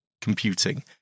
computing